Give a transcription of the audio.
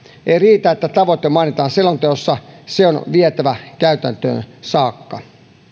ei riitä että tavoite mainitaan selonteossa se on vietävä käytäntöön saakka